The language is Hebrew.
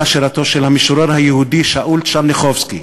שירתו של המשורר היהודי שאול טשרניחובסקי,